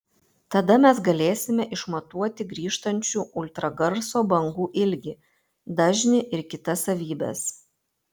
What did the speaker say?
tada mes galėsime išmatuoti grįžtančių ultragarso bangų ilgį dažnį ir kitas savybes